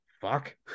fuck